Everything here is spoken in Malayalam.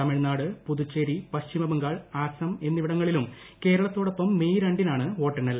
തമിഴ്നാട് പുതുച്ചേരി പശ്ചിമബംഗാൾ അസം എന്നിവിടങ്ങളിലും കേരളത്തോടൊപ്പം മെയ് രണ്ടിനാണ് വോട്ടെണ്ണൽ